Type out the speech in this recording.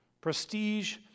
Prestige